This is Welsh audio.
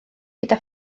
gyda